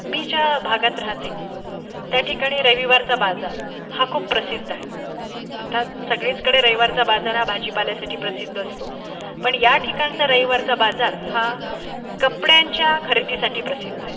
मी ज्या भागात राहते त्या ठिकाणी रविवारचा बाजार हा खूप प्रसिद्ध आहे अर्थात सगळीचकडे रविवारचा बाजार हा भाजीपाल्यासाठी प्रसिद्ध असतो पण या ठिकाणचा रविवारचा बाजार हा कपड्यांच्या खरेदीसाठी प्रसिद्ध आहे